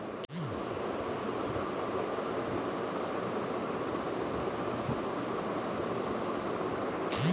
demand draft চেকের মত কিছু কোন সই লাগেনা